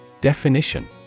Definition